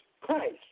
Christ